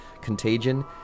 Contagion